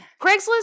Craigslist